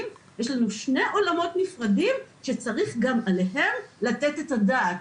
יש לנו שני עולמות נפרדים שצריך גם עליהם לתת את הדעת.